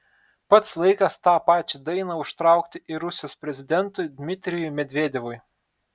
pats laikas tą pačią dainą užtraukti ir rusijos prezidentui dmitrijui medvedevui